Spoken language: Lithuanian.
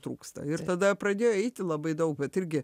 trūksta ir tada pradėjo eiti labai daug vat irgi